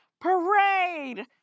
Parade